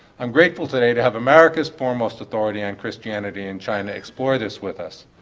i'm grateful today to have america's foremost authority on christianity in china explore this with us.